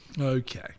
Okay